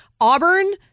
Auburn